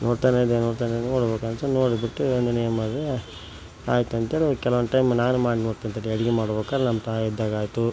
ನೋಡ್ತಾನೇ ಇದ್ದೆ ನೋಡ್ತಾನೇ ಇದ್ದೆ ನೋಡಬೇಕನ್ಸ್ತು ನೋಡಿಬಿಟ್ಟು ನಾನೇನು ಮಾಡಿದೆ ಆಯ್ತಂತೇಳಿ ಕೆಲವೊಂದು ಟೈಮ್ ನಾನು ಮಾಡಿ ನೋಡ್ತೀನಿ ತಡಿ ಅಡ್ಗೆ ಮಾಡ್ಬೇಕಾರೆ ನಮ್ಮ ತಾಯಿ ಇದ್ದಾಗಾಯಿತು